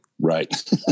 right